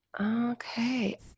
Okay